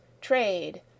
trade